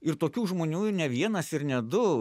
ir tokių žmonių i ne vienas ir ne du